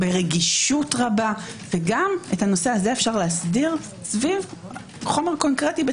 ברגישות רבה וגם את הנושא הזה אפשר להסדיר סביב חומר קונקרטי.